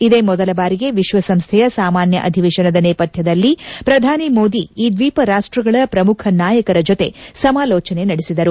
ಇದೇ ಮೊದಲ ಬಾರಿಗೆ ವಿಶ್ವಸಂಸ್ದೆಯ ಸಾಮಾನ್ಯ ಅಧಿವೇಶನದ ನೇಪಥ್ಯದಲ್ಲಿ ಪ್ರಧಾನಿ ಮೋದಿ ಈ ದ್ವೀಪ ರಾಷ್ಟಗಳ ಪ್ರಮುಖ ನಾಯಕರ ಜತೆ ಸಮಾಲೋಚನೆ ನಡೆಸಿದರು